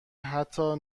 حتی